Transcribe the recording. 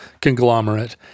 conglomerate